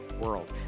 world